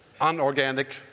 unorganic